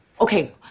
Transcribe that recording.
Okay